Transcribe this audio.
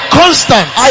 constant